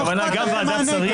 לא אכפת לכם מהנגב.